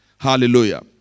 Hallelujah